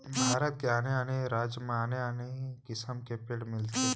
भारत के आने आने राज म आने आने किसम के पेड़ मिलथे